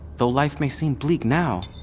though life may seem bleak now,